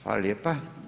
Hvala lijepa.